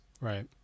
Right